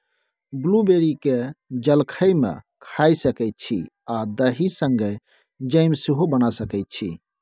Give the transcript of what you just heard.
blueberry केँ जलखै मे खाए सकै छी आ दही संगै जैम सेहो बना सकै छी